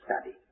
study